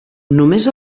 només